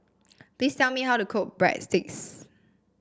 please tell me how to cook Breadsticks